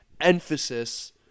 emphasis